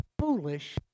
foolish